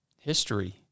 history